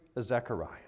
Zechariah